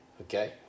okay